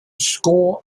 score